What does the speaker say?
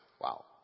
Wow